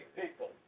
people